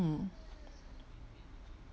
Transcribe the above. mm